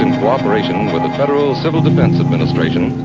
cooperation with the federal civil defense administration